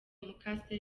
mukase